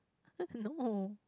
I don't know